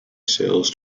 sales